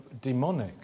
demonic